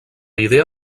idea